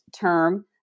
term